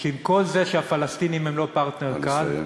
שעם כל זה שהפלסטינים הם לא פרטנר קל, נא לסיים.